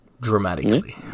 Dramatically